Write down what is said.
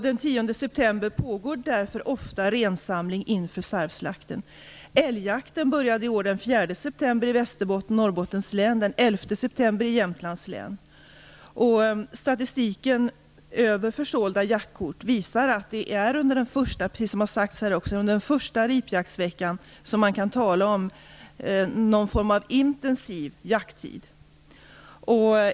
Den 10 september pågår det därför ofta rensamling inför sarvslakten. Jämtlands län. Statistiken över försålda jaktkort visar att det, precis som har sagts här i kammaren, är den första ripjaktsveckan som är en intensiv jakttid.